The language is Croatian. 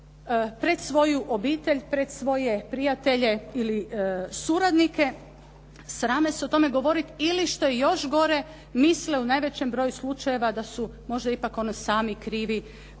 pred svoju obitelj, pred svoje prijatelje ili suradnike, srame se o tome govoriti. Ili što je još gore misle u najvećem broju slučajeva da su možda ipak oni sami krivi za